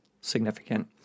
significant